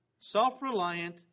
self-reliant